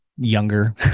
younger